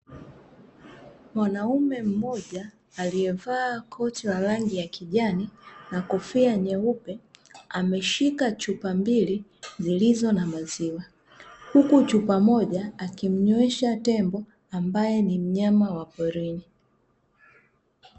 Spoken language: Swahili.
Mwanaume mmoja aliyevaa koti la rangi ya kijani na kofia nyeupe ameshika chupa mbili zilizo na maziwa, huku chupa moja akimnywesha tembo ambaye ni mnyama wa porini.